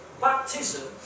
Baptism